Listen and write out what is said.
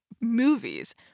movies